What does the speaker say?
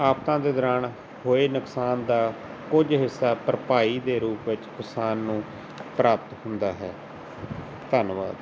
ਆਫ਼ਤਾਂ ਦੇ ਦੌਰਾਨ ਹੋਏ ਨੁਕਸਾਨ ਦਾ ਕੁਝ ਹਿੱਸਾ ਭਰਪਾਈ ਦੇ ਰੂਪ ਵਿੱਚ ਕਿਸਾਨ ਨੂੰ ਪ੍ਰਾਪਤ ਹੁੰਦਾ ਹੈ ਧੰਨਵਾਦ